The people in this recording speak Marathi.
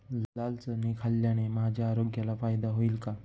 लाल चणे खाल्ल्याने माझ्या आरोग्याला फायदा होईल का?